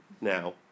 now